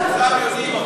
כולם יודעים, אבל.